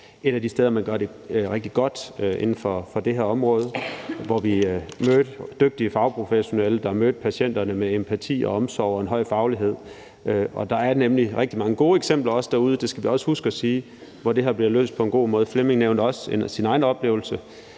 et af de steder, hvor man gør det rigtig godt inden for det her område, og hvor vi mødte dygtige fagprofessionelle, der mødte patienterne med empati og omsorg og en høj faglighed. Der er nemlig rigtig mange gode eksempler derude, hvor det her bliver løst på en god måde. Det skal vi også huske at sige.